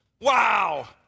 Wow